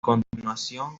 continuación